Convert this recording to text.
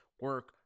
Work